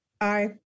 Aye